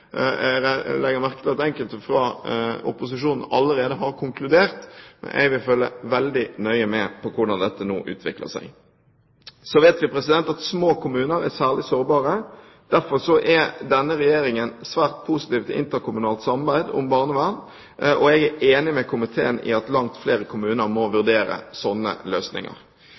jeg legger merke til at enkelte fra opposisjonen allerede har konkludert. Jeg vil følge veldig nøye med på hvordan dette nå utvikler seg. Så vet vi at små kommuner er særlig sårbare. Derfor er denne regjeringen svært positiv til interkommunalt samarbeid om barnevern, og jeg er enig med komiteen i at langt flere kommuner må vurdere sånne løsninger.